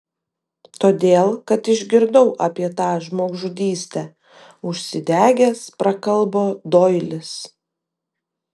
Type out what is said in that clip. todėl kad išgirdau apie tą žmogžudystę užsidegęs prakalbo doilis